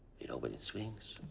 it opened its wings,